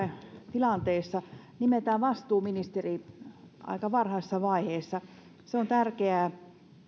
tilanteessa nimetään vastuuministeri aika varhaisessa vaiheessa se on tärkeää